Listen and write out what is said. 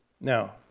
Now